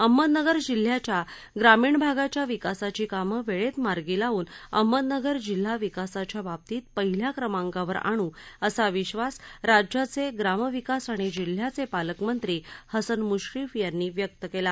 अहमदनगर जिल्ह्याच्या ग्रामीण भागाच्या विकासाची कामं वेळेत मार्गी लावून अहमदनगर जिल्हा विकासाच्या बाबतीत पहिल्या क्रमांकावर आणू असा विश्वास राज्याचे ग्रामविकास आणि जिल्ह्याचे पालकमंत्री हसन मृश्रीफ यांनी व्यक्त केला